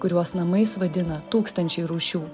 kuriuos namais vadina tūkstančiai rūšių